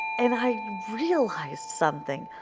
and i realized something!